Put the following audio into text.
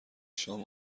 شام